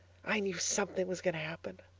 i knew something was going to happen.